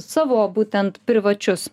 savo būtent privačius